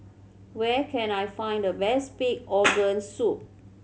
where can I find the best pig organ soup